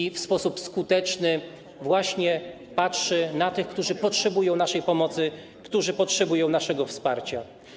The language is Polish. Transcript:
I w sposób skuteczny patrzy na tych, którzy potrzebują naszej pomocy, którzy potrzebują naszego wsparcia.